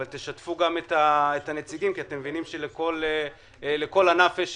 תשתפו גם את הנציגים כי אתם מבינים שלכל ענף יש